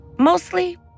Mostly